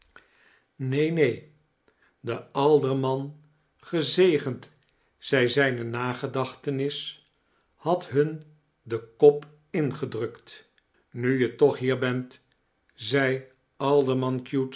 eene neen de alderman gezegend zij zijne nagedachtenis had hun den kop ingedrukt nu je tooh hier bent zei alderman cute